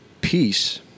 peace